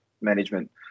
management